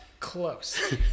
close